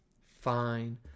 Fine